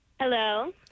Hello